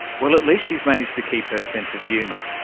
well, at least she's managed to keep her sense of humour.